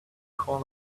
call